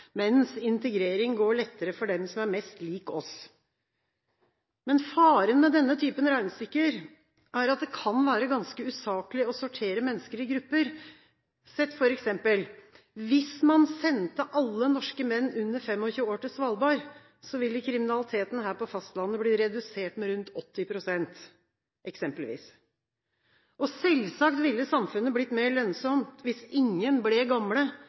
mens integrering går lettere for dem som er mest lik oss. Faren ved denne typen regnestykker er at det kan være ganske usaklig å sortere mennesker i grupper. Hvis man f.eks. sendte alle norske menn under 25 år til Svalbard, ville kriminaliteten her på fastlandet eksempelvis blitt redusert med rundt 80 pst. Selvsagt ville samfunnet blitt mer lønnsomt hvis ingen ble gamle